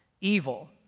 evil